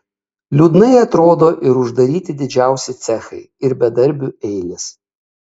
liūdnai atrodo ir uždaryti didžiausi cechai ir bedarbių eilės